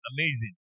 Amazing